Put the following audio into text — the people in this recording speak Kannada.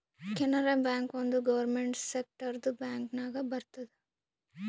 ಕೆನರಾ ಬ್ಯಾಂಕ್ ಒಂದ್ ಗೌರ್ಮೆಂಟ್ ಸೆಕ್ಟರ್ದು ಬ್ಯಾಂಕ್ ನಾಗ್ ಬರ್ತುದ್